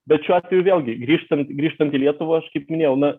bet šiuo atveju vėlgi grįžtant grįžtant į lietuvą aš kaip minėjau na